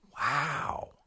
wow